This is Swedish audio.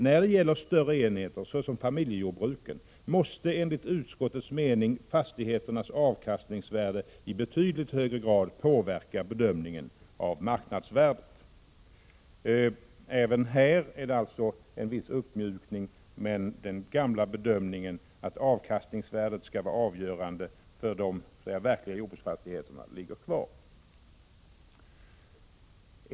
När det gäller större enheter såsom familjejordbruken måste enligt utskottets mening fastighetens avkastningvärde i betydligt högre grad påverka bedömningen av marknadsvärdet.” Även här sker alltså en viss uppmjukning, men den gamla principen att avkastningsvärdet skall vara avgörande för bedömningen av marknadsvärdet på de verkliga jordbruksfastigheterna ligger fast.